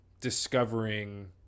discovering